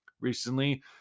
recently